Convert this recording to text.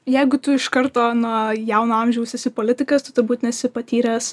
jeigu tu iš karto nuo jauno amžiaus esi politikas tu turbūt nesi patyręs